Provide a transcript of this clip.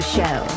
Show